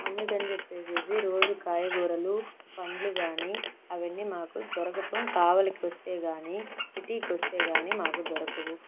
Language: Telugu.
అందుకని చెప్పేసేసి రోజూ కాయగూరలు పండ్లు కాని అవన్నీ మాకు దొరకటం కావాలికి వస్తే కాని సిటీకి వస్తే కాని మాకు దొరకవు